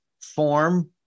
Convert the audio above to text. form